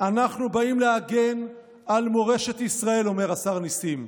"אנחנו באים להגן על מורשת ישראל", אומר השר נסים.